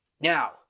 Now